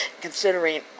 considering